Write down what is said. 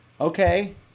Okay